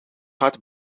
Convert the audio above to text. gaat